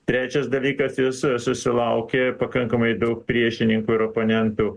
trečias dalykas jis susilaukė pakankamai daug priešininkų ir oponentų